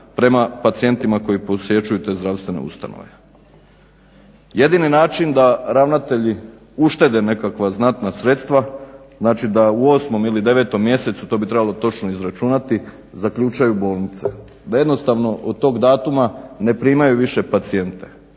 prema pacijentima koji posjećuju te zdravstvene ustanove. Jedini način da ravnatelji uštede nekakva znatna sredstva, znači da u 8.ili 9.mjesecu to bi trebalo točno izračunati zaključaju bolnice, da jednostavno od tog datuma ne primaju više pacijente.